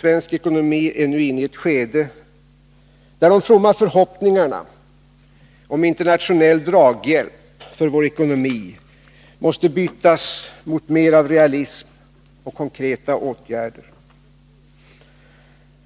Svensk ekonomi är nu inne i ett skede där de fromma förhoppningarna om internationell draghjälp för vår ekonomi måste bytas mot mer av realism och konkreta åtgärder.